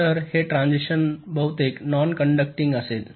तर हे ट्रान्झिस्टर बहुतेक नॉन कॅडक्टींग असेल